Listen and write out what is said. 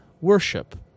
worship